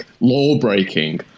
law-breaking